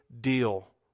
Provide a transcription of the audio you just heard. deal